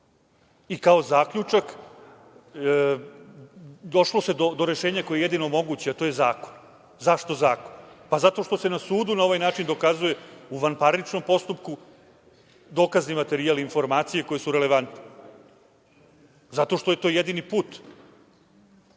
Kao zaključak došlo se do rešenja koje je jedino moguće, a to je zakon. Zašto zakon? Zato što se na sudu na ovaj način dokazuje u vanparničnom postupku dokazni materijal, informacije koje su relevantne, zato što je to jedini put. Na